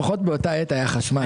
לפחות באותה עת היה חשמל.